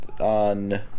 on